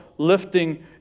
lifting